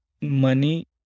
money